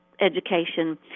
education